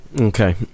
Okay